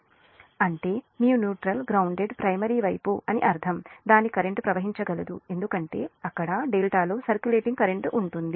tఅంటే మీ neutral grounded primary వైపు అని అర్థం దాని కరెంట్ ప్రవహించగలదు ఎందుకంటే అక్కడ డెల్టాలో సర్క్యులేషన్ కరెంట్ ఉంటుంది